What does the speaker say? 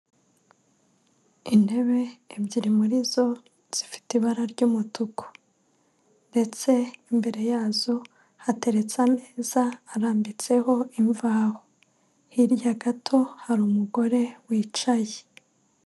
Intebe ebyiri muri zo zifite ibara ry'umutuku ndetse imbere yazo hateretse ameza arambitseho imvaho, hirya gato hari umugore wicaye.